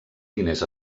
diners